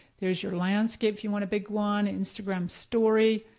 there's your landscape if you want a big one. instagram story,